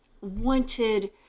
wanted